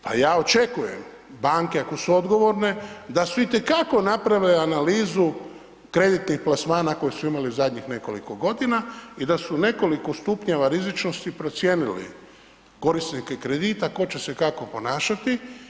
Pa ja očekujem, banke ako su odgovorne, da itekako naprave analizu kreditnih plasmana koje su imale zadnjih nekoliko godina i da su nekoliko stupnjeva rizičnosti procijenili korisnike kredita, ko će se kako ponašati.